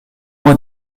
moi